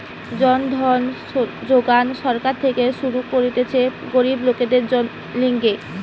জন ধন যোজনা সরকার থেকে শুরু করতিছে গরিব লোকদের লিগে